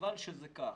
חבל שזה כך.